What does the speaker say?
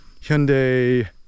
hyundai